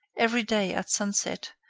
every day, at sunset,